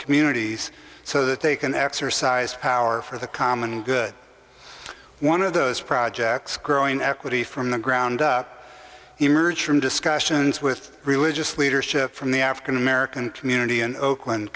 communities so that they can exercise power for the common good one of those projects growing equity from the ground up emerged from discussions with religious leadership from the african american community in oakland